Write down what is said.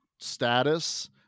status